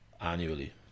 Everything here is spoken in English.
annually